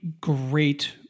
great